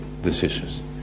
decisions